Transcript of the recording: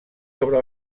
sobre